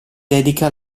dedica